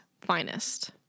finest